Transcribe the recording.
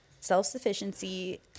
self-sufficiency